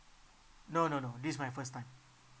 no no no this is my first time